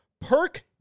Perk